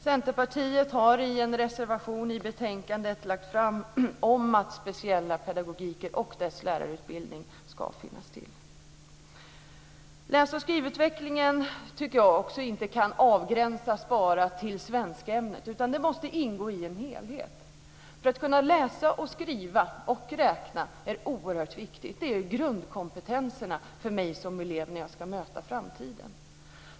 Centerpartiet har i en reservation framfört att speciell pedagogik och lärarutbildning som hör till ska finnas. Läs och skrivutveckling kan inte avgränsas till svenskämnet utan måste ingå i en helhet. Att kunna läsa, skriva och räkna är oerhört viktigt. Det är grundkompetensen för eleven när han eller hon ska möta framtiden.